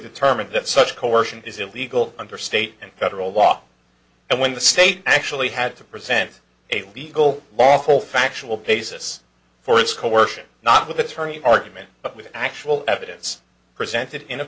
determined that such coercion is illegal under state and federal law and when the state actually had to present a legal lawful factual basis for its coercion not with attorney argument but with actual evidence presented in a